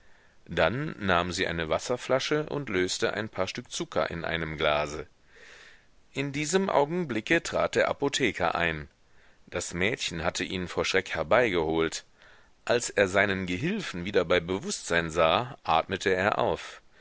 dann nahm sie eine wasserflasche und löste ein paar stück zucker in einem glase in diesem augenblicke trat der apotheker ein das mädchen hatte ihn vor schreck herbeigeholt als er seinen gehilfen wieder bei bewußtsein sah atmete er auf